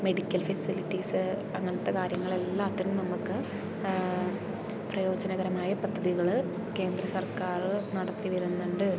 medical facilities അങ്ങനത്തെ കാര്യങ്ങൾ എല്ലാത്തിനും നമുക്ക് പ്രയോജനകരമായ പദ്ധതികൾ കേന്ദ്ര സർക്കാർ നടത്തി വരുന്നുണ്ട്